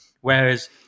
Whereas